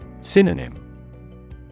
Synonym